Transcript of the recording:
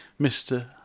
Mr